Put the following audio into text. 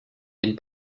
den